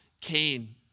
Cain